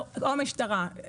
או המשטרה.